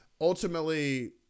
ultimately